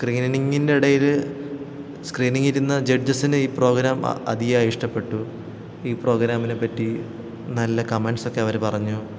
സ്ക്രീനിങ്ങിൻ്റെ ഇടയിൽ സ്ക്രീനിങ്ങിരുന്ന ജഡ്ജസിന് ഈ പ്രോഗ്രാം അ അതിയായി ഇഷ്ടപ്പെട്ടു ഈ പ്രോഗ്രാമിനെ പറ്റി നല്ല കമൻ്റ്സൊക്കെ അവർ പറഞ്ഞു